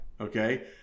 okay